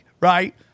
right